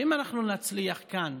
שאם אנחנו נצליח כאן,